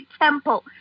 temple